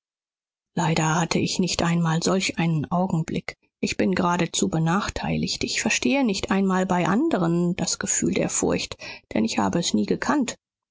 leider hatte ich nicht einmal solch einen augenblick ich bin geradezu benachteiligt ich verstehe nicht einmal bei anderen das gefühl der furcht denn ich habe es nie gekannt